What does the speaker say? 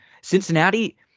Cincinnati